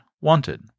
wanted